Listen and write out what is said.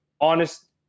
honest